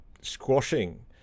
squashing